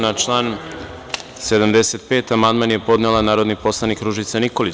Na član 75. amandman je podneo narodni poslanik Ružica Nikolić.